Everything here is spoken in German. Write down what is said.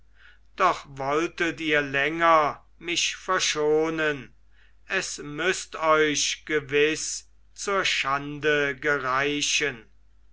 doch wolltet ihr länger mich verschonen es müßt euch gewiß zur schande gereichen